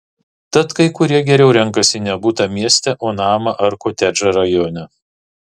tad kai kurie geriau renkasi ne butą mieste o namą ar kotedžą rajone